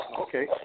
Okay